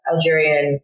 Algerian